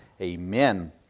Amen